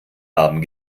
haben